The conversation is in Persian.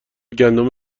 گندم